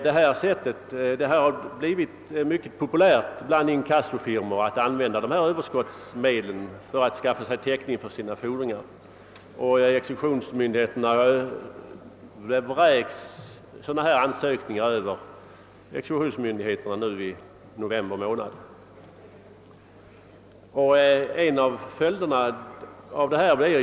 Det har blivit mycket populärt bland inkassofirmor att använda dessa överskottsmedel för att skaffa sig täckning för sina fordringar, och det vräks ansökningar av detta slag över exekutionsmyndigheterna. — En av följderna blir att en osund avbetalningshandel uppmuntras.